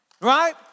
Right